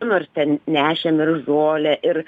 nors ten nešėm ir žolę ir